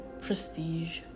prestige